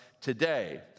today